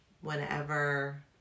whenever